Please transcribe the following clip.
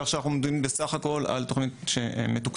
כך שאנחנו עומדים בסך הכול על תוכנית שמתוקצבת